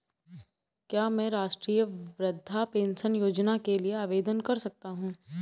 क्या मैं राष्ट्रीय वृद्धावस्था पेंशन योजना के लिए आवेदन कर सकता हूँ?